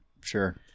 Sure